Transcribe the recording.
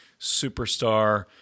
superstar